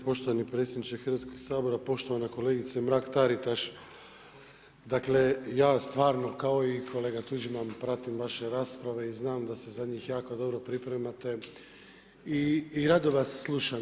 Poštovani predsjedniče Hrvatskoga sabora, poštovana kolegice Mrak-Taritaš, dakle ja stvarno kao i kolega Tuđman pratim vaše rasprave i znam da se za njih jako dobro pripremate i rado vas slušam.